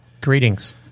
Greetings